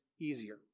easier